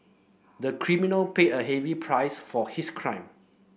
the criminal paid a heavy price for his crime